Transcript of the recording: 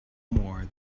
more